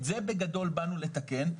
את זה בגדול באנו לתקן,